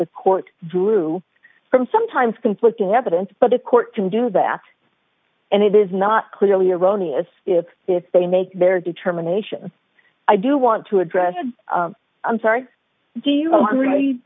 the court drew from sometimes conflicting evidence but the court can do that and it is not clearly erroneous if they make their determination i do want to address i'm sorry do you rea